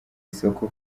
isuku